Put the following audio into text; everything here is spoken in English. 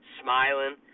smiling